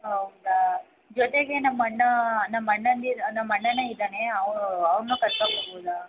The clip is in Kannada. ಹೌದಾ ಜೊತೆಗೆ ನಮ್ಮ ಅಣ್ಣ ನಮ್ಮ ಅಣ್ಣಂದಿರು ನಮ್ಮ ಅಣ್ಣನೇ ಇದ್ದಾನೆ ಅವು ಅವನ್ನೂ ಕರ್ಕೋಬರ್ಬೋದಾ